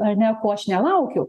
ar ne ko aš nelaukiau